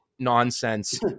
nonsense